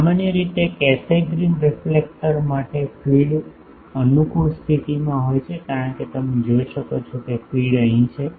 સામાન્ય રીતે Cassegrain reflector માટે ફીડ અનુકૂળ સ્થિતિમાં હોય છે કારણ કે તમે જોઈ શકો છો કે ફીડ અહીં છે